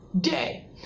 day